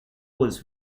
was